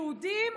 יהודים,